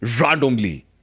randomly